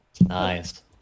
Nice